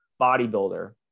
bodybuilder